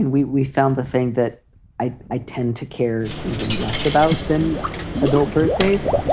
and we we found the thing that i i tend to care even less about than adult birthdays,